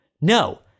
No